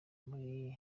muri